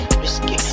whiskey